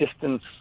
distance